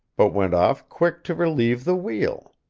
but went off quick to relieve the wheel.